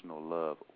love